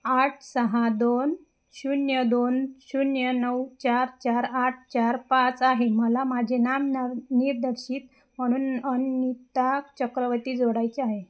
आठ सहा दोन शून्य दोन शून्य नऊ चार चार आठ चार पाच आहे मला माझे नामनर् निर्देशित म्हणून अनिता चक्रवर्ती जोडायचे आहे